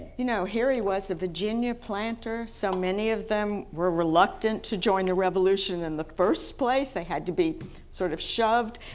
you know here he was, a virginia planter, so many of them were reluctant to join the revolution in the first place, they had to be sort of shoved,